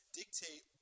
dictate